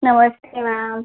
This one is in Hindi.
नमस्ते मैम